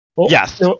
Yes